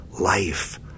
life